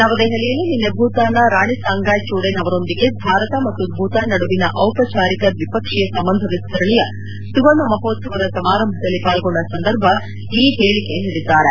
ನವದೆಹಲಿಯಲ್ಲಿ ನಿನ್ನೆ ಭೂತಾನ್ ನ ರಾಣಿ ಸಾಂಗಾಯ್ ಚೂಡೆನ್ ಅವರೊಂದಿಗೆ ಭಾರತ ಮತ್ತು ಭೂತಾನ್ ನಡುವಿನ ದಿಪಚಾರಿಕ ದ್ವಿಪಕ್ಷೀಯ ಸಂಬಂಧ ವಿಸ್ತರಣೆಯ ಸುವರ್ಣ ಮಹೋತ್ಸವದ ಸಮಾರಂಭದಲ್ಲಿ ಪಾಲ್ಗೊಂಡ ಸಂದರ್ಭ ಈ ಹೇಳಿಕೆ ನೀಡಿದ್ದಾರೆ